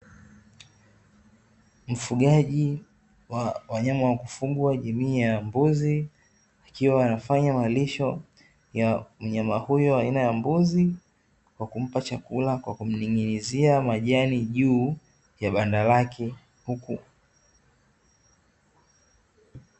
Mfugaji wa wanyama wa kufugwa jamii ya mbuzi, akiwa anafanya malisho ya mnyama huyo aina ya mbuzi, kwa kumpa chakula kwa kumning'izia majani juu ya banda lake huku.